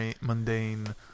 mundane